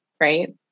right